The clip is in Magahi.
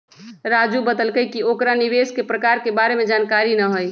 राजू बतलकई कि ओकरा निवेश के प्रकार के बारे में जानकारी न हई